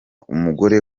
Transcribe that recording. umugore